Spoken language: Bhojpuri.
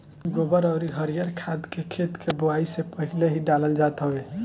गोबर अउरी हरिहर खाद के खेत के बोआई से पहिले ही डालल जात हवे